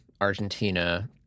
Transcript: Argentina